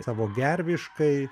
savo gerviškai